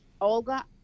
Olga